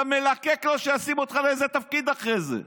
אתה מלקק לו כדי שישים אותך באיזה תפקיד אחרי זה,